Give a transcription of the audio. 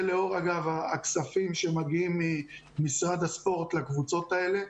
זה לאור הכספים שמגיעים ממשרד הספורט לקבוצות האלה.